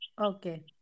Okay